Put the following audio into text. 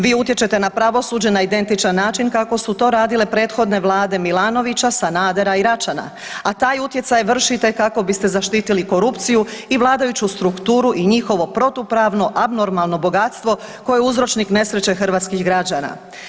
Vi utječete na pravosuđe na identičan način kako su to radile prethodne vlade Milanovića, Sanadera i Račana, a taj utjecaj vršite kako biste zaštitili korupciju i vladajuću strukturu i njihovo protupravno abnormalno bogatstvo koje je uzročnik nesreće hrvatskih građana.